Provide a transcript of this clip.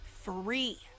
free